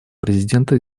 президента